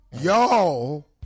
y'all